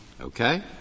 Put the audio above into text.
okay